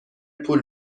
پول